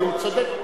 הוא צודק.